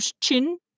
chin